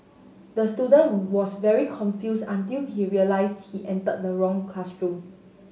the student was very confused until he realised he entered the wrong classroom